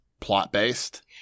plot-based